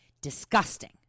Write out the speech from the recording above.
Disgusting